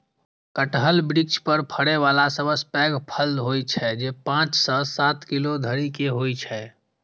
कटहल वृक्ष पर फड़ै बला सबसं पैघ फल होइ छै, जे पांच सं सात किलो धरि के होइ छै